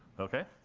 ok.